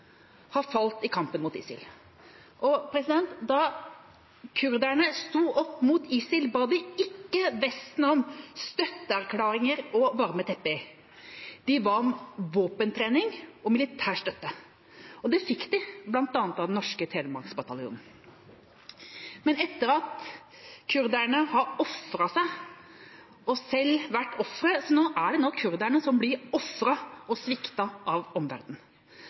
falt i kampen mot ISIL. Da kurderne sto opp mot ISIL, ba de ikke Vesten om støtteerklæringer og varme tepper, de ba om våpentrening og militær støtte. Det fikk de, bl.a. av den norske telemarksbataljonen. Men etter at kurderne har ofret seg og selv vært ofre, er det nå de som blir ofret og sviktet av